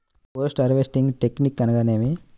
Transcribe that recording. Post harvesting technique అనగా నేమి?